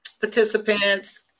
participants